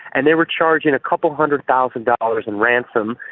and they were charging a couple of hundred thousand dollars in ransom.